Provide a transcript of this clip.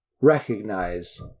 recognize